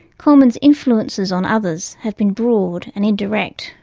coleman's influences on others have been broad and indirect.